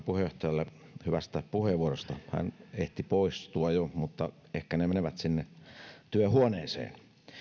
puheenjohtajalle hyvästä puheenvuorosta hän ehti poistua jo mutta ehkä ne menevät sinne työhuoneeseen